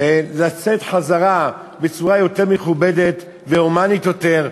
לצאת חזרה בצורה מכובדת יותר והומנית יותר,